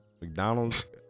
McDonald's